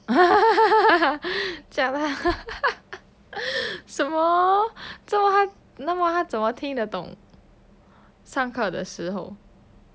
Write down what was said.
jialat 什么怎么他那么他怎么听得懂上课的时候